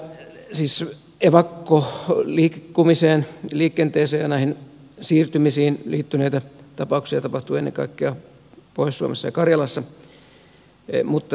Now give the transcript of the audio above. näitä evakkojen liikkumiseen ja näihin siirtymisiin liittyneitä tapauksia tapahtui ennen kaikkea pohjois suomessa ja karjalassa mutta